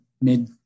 mid